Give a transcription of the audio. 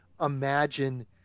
imagine